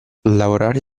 lavorare